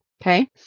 Okay